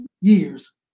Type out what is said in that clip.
years